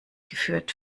geführt